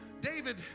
David